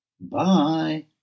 Bye